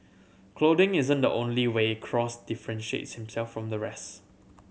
clothing isn't the only way Cross differentiates himself from the rest